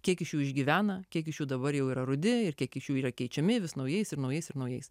kiek iš jų išgyvena kiek iš jų dabar jau yra rudi ir kiek iš jų yra keičiami vis naujais ir naujais ir naujais